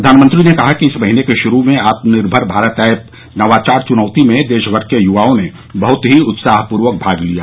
प्र्वानमंत्री ने कहा कि इस महीने के शुरू में आत्मनिर्भर भारत ऐप नवाचार चुनौती में देशभर से युवाओं ने बहत ही उत्साहपूर्वक भाग लिया